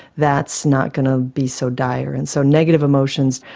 that's not going to be so dire, and so negative emotions,